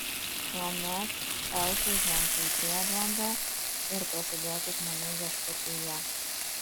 tuomet elfai žengtų į prieblandą ir prasidėtų žmonių viešpatija